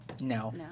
No